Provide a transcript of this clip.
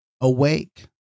Awake